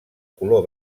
color